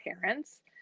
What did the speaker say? parents